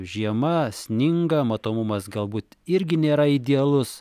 žiema sninga matomumas galbūt irgi nėra idealus